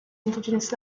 indigenous